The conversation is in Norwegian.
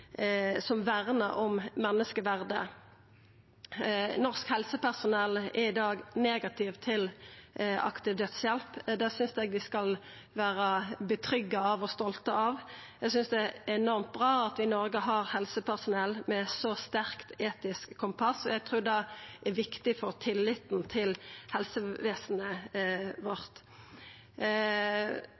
vernar om menneskeverdet. Norsk helsepersonell er i dag negative til aktiv dødshjelp. Det synest eg vi skal føla oss trygde og stolte av. Eg synest det er enormt bra at vi i Noreg har helsepersonell med eit så sterkt etisk kompass, og eg trur det er viktig for tilliten til helsevesenet vårt.